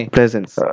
Presence